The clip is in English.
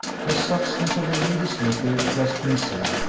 the substance of a lady's letter, it has been said,